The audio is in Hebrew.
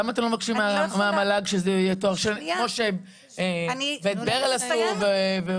למה אתם לא מבקשים מהמל"ג שזה יהיה תואר שני כמו שבית ברל עשו ואורנים,